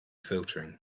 filtering